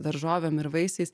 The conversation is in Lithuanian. daržovėm ir vaisiais